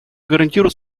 гарантирует